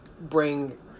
bring